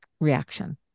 Reaction